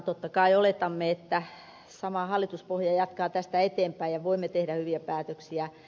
totta kai oletamme että sama hallituspohja jatkaa tästä eteenpäin ja voimme tehdä hyviä päätöksiä